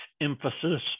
emphasis